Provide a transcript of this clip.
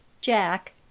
Jack